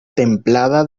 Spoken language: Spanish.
templada